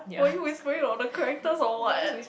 were you whispering about the characters or what